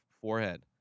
forehead